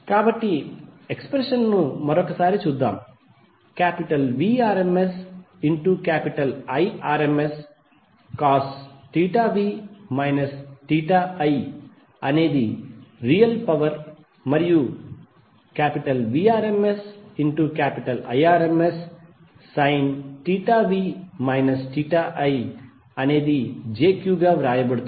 కాబట్టి ఎక్స్ప్రెషన్ లను మరోసారి చూద్దాంVrms Irmscosv i అనేది రియల్ పవర్ మరియు Vrms Irmssinv i అనేది jQ గా వ్రాయబడుతుంది